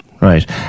right